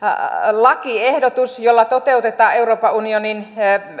lakiehdotus jolla toteutetaan euroopan unionin